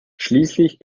schließlich